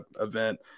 event